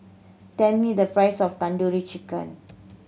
tell me the price of Tandoori Chicken